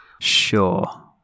Sure